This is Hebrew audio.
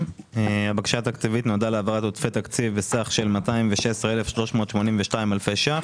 הבקשה התקציבית נועדה להעברת עודפי תקציב בסך 216,382 אלפי ₪